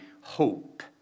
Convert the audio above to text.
hope